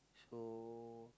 so